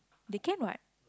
they can what